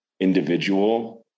individual